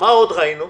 מה עוד ראינו?